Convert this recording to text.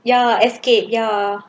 ya escape ya